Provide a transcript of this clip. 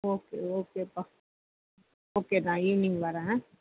okay ஓகேப்பா okay நான் evening வரேன்